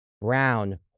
Brown